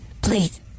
Please